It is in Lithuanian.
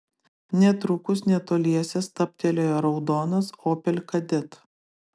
netrukus netoliese stabtelėjo raudonas opel kadett